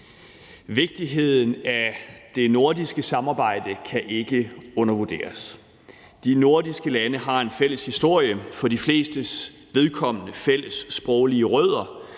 Vigtigheden af det nordiske samarbejde kan ikke undervurderes. De nordiske lande har en fælles historie, for de flestes vedkommende fælles sproglige rødder